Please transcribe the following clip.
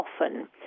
often